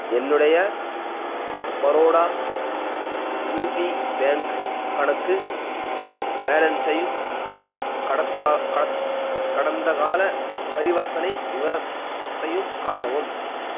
என்னுடைய Baroda UP bank கணக்கு பேலன்ஸையும் கடந்தகால பரிவர்த்தனை விவரத்தையும் காட்டவும்